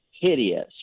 hideous